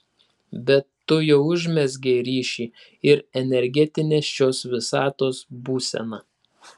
bet tu jau užmezgei ryšį ir energetinė šios visatos būsena